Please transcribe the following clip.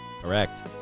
Correct